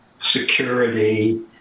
security